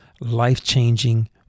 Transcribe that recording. life-changing